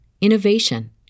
innovation